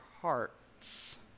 hearts